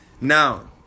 Now